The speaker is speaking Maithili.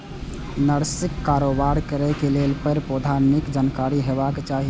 नर्सरीक कारोबार करै लेल पेड़, पौधाक नीक जानकारी हेबाक चाही